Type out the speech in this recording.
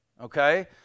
okay